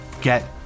get